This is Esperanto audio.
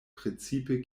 precipe